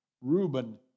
Reuben